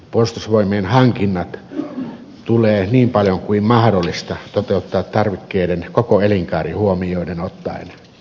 puolustusvoimien hankinnat tulee niin paljon kuin mahdollista toteuttaa tarvikkeiden koko elinkaari huomioon ottaen